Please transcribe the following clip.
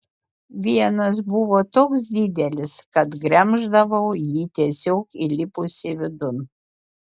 vienas buvo toks didelis kad gremždavau jį tiesiog įlipusi vidun